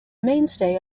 mainstay